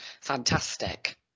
fantastic